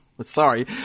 Sorry